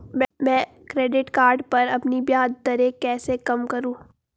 मैं credit card पर अपनी ब्याज दरें कैसे कम करूँ?